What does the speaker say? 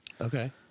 Okay